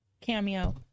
cameo